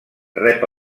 rep